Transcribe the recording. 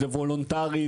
זה וולונטרי,